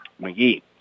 McGee